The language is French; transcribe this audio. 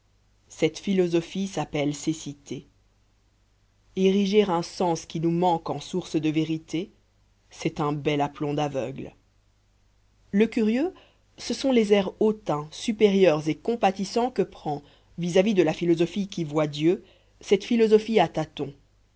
cette philosophie s'appelle cécité ériger un sens qui nous manque en source de vérité c'est un bel aplomb d'aveugle le curieux ce sont les airs hautains supérieurs et compatissants que prend vis-à-vis de la philosophie qui voit dieu cette philosophie à tâtons